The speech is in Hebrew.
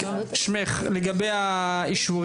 התכנון לגבי אישור